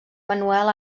manuel